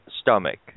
stomach